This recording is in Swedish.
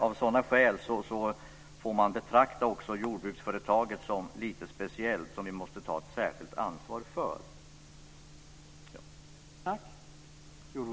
Av sådana skäl får vi betrakta jordbruksföretaget som lite speciellt och som något som vi måste ta ett särskilt ansvar för.